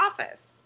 Office